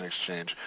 exchange